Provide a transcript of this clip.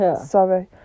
Sorry